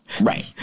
Right